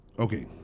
Okay